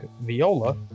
Viola